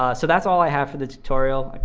ah so that's all i have for the tutorial.